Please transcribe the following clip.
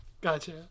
gotcha